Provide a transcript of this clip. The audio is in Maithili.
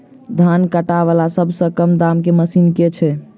धान काटा वला सबसँ कम दाम केँ मशीन केँ छैय?